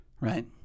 right